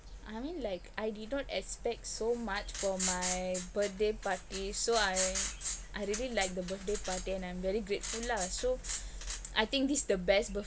I mean like I did not expect so much for my birthday party so I I really like the birthday party and I am very grateful lah so I think this is the best birthday